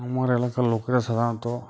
আমার এলাকার লোকের সাধারণত